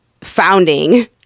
founding